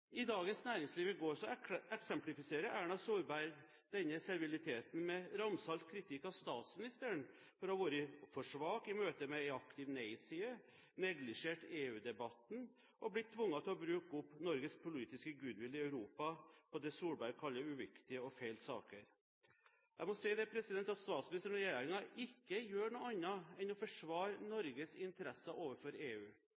I Dagens Næringsliv i går eksemplifiserer Erna Solberg denne serviliteten med ramsalt kritikk av statsministeren for å ha vært «for svak i møtet med en aktiv nei-side, neglisjert EU-debatten og blitt tvunget til å bruke opp Norges politiske goodwill i Europa» på det representanten Solberg kaller «uviktige og feil saker». Jeg må si at statsministeren og regjeringen ikke gjør noe annet enn å forsvare